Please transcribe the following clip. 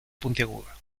puntiaguda